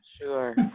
sure